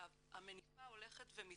המניפה הולכת ומתרחבת,